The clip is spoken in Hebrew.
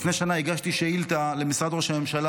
לפני שנה הגשתי שאילתה למשרד ראש הממשלה